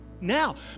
now